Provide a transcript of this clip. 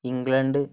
England